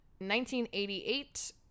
1988